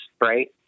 right